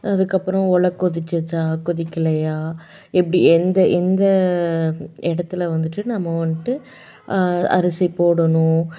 அதுக்கப்பறம் ஒலை கொதித்ததா கொதிக்கலையா எப்படி எந்த எங்கே இடத்துல வந்துட்டு நம்ம வந்துட்டு அரிசி போடணும்